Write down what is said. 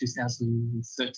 2013